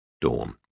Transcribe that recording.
Dawn